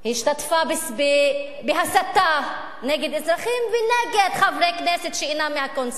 השתתפה בהסתה נגד אזרחים ונגד חברי כנסת שאינם מהקונסנזוס.